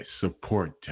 support